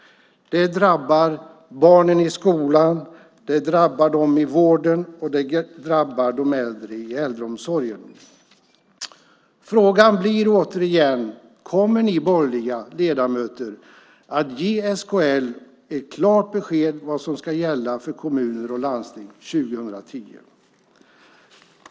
Det drabbar barnen i skolan, det drabbar dem i vården och det drabbar de äldre i äldreomsorgen. Frågan blir, återigen: Kommer ni borgerliga ledamöter att ge SKL ett klart besked om vad som ska gälla för kommuner och landsting 2010?